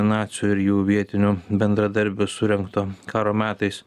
nacių ir jų vietinių bendradarbių surengto karo metais